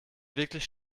wirklich